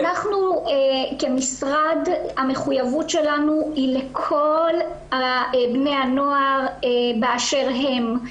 אנחנו כמשרד המחויבות שלנו היא לכל בני הנוער באשר הם.